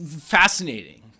fascinating